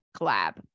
collab